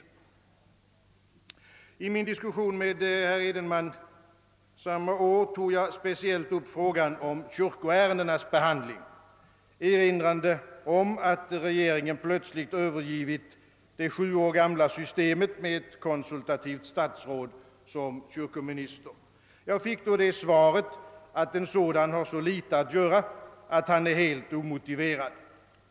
I min diskussion med herr Edenman samma år tog jag speciellt upp frågan om kyrkoärendenas behandling, erin rande om att regeringen plötsligt övergivit det sju år gamla systemet med ett konsultativt statsråd som kyrkominister. Jag fick då svaret, att en sådan har så litet att göra att han är helt omotiverad.